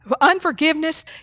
unforgiveness